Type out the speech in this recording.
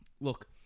look